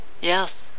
Yes